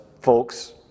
Folks